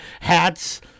hats